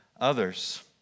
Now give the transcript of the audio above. others